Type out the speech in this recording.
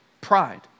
pride